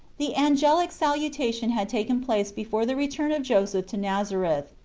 the angelical salutation had taken place be fore the return of joseph to nazareth.